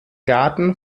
garten